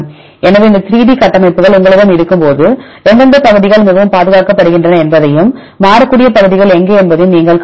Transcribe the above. எனவே இந்த 3D கட்டமைப்புகள் உங்களிடம் இருக்கும்போது எந்தெந்த பகுதிகள் மிகவும் பாதுகாக்கப்படுகின்றன என்பதையும் மாறக்கூடிய பகுதிகள் எங்கே என்பதையும் நீங்கள் காணலாம்